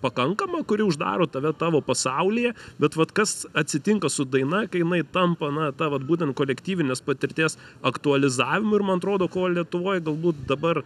pakankama kuri uždaro tave tavo pasaulyje bet vat kas atsitinka su daina kai jinai tampa na ta vat būtent kolektyvinės patirties aktualizavimu ir man atrodo ko lietuvoj galbūt dabar